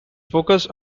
focus